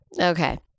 okay